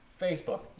facebook